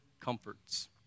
comforts